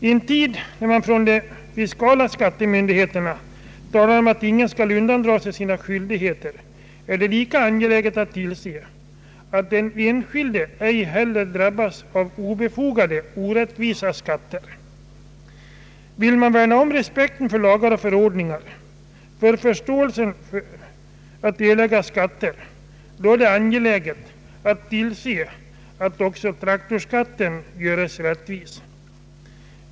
I en tid då de fiskala skattemyndigheterna talar om att ingen skall undandra sig sina skyldigheter är det lika angeläget att tillse att den enskilde ej heller drabbas av obefogade, orättvisa skatter. Vill man värna om respekten för lagar och förordningar och förståelsen av nödvändigheten att erlägga skatter, är det angeläget att tillse att också traktorskatten göres rättvis.